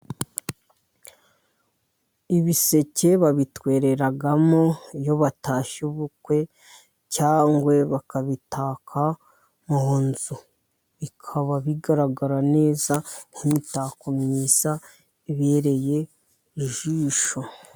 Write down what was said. Ibiseke babitwerereramo iyo batashye ubukwe, cyangwa bakabitaka mu nzu, bikaba bigaragara neza, nk'imitako myiza ibereye ijisho.